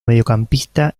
mediocampista